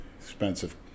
expensive